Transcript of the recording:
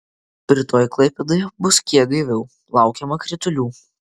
rytoj klaipėdoje bus kiek gaiviau laukiama kritulių